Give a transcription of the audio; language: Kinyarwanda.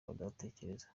badatekereza